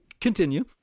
continue